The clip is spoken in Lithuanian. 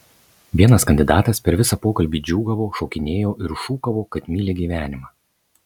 vienas kandidatas per visą pokalbį džiūgavo šokinėjo ir šūkavo kad myli gyvenimą